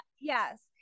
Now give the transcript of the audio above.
yes